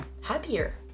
happier